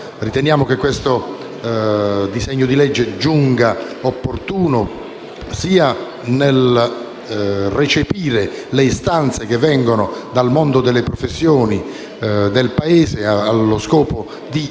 Riteniamo che il disegno di legge in esame giunga opportuno nel recepire le istanze provenienti dal mondo delle professioni del Paese allo scopo di